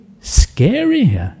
scary